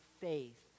faith